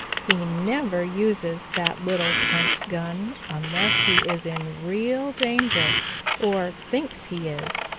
he never uses that little scent gun unless he is in real danger or thinks he is.